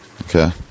Okay